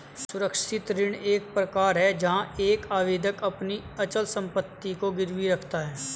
सुरक्षित ऋण एक प्रकार है जहां एक आवेदक अपनी अचल संपत्ति को गिरवी रखता है